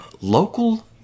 local